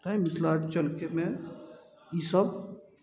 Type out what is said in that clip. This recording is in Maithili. तैँ मिथिलाञ्चलमे ई सभ